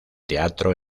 teatro